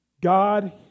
God